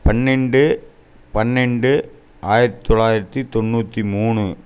பன்னெண்டு பன்னெண்டு ஆயிரத்து தொள்ளாயிரத்தி தொண்ணுாற்றி மூணு